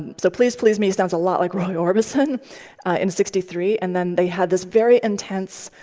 so please please me sounds a lot like roy orbison in sixty three. and then they had this very intense